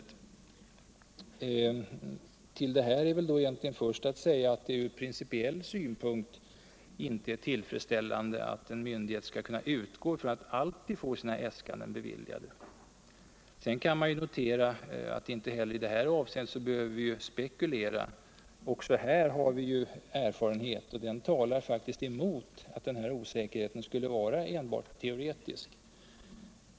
Härtill är då först att säga, att det från principiell synpunkt inte är tillfredsställande att en myndighet skall kunna utgå från att alltid få sina äskanden beviljade. Sedan kan vi nu notera att inte heller i detta avseende behöver vi spekulera. Också här har vi redan erfarenhet. Den talar emot att osäkerheten enbart skulle vara teoretisk.